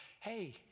Hey